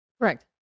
Correct